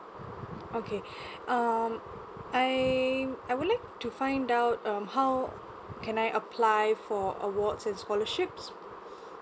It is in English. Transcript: okay um I I would like to find out um how can I apply for awards and scholarships